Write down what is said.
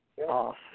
off